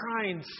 trying